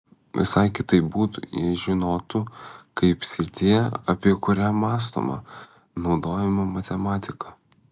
visai kitaip būtų jei žinotų kaip srityje apie kurią mąstoma naudojama matematika